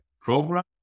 program